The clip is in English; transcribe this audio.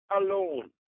alone